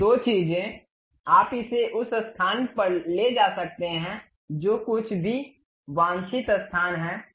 ये दो चीजें आप इसे उस स्थान पर ले जा सकते हैं जो कुछ भी वांछित स्थान है